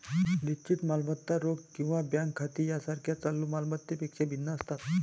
निश्चित मालमत्ता रोख किंवा बँक खाती यासारख्या चालू माल मत्तांपेक्षा भिन्न असतात